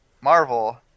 Marvel